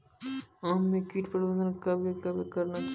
आम मे कीट प्रबंधन कबे कबे करना चाहिए?